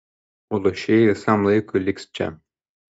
o luošieji visam laikui liks čia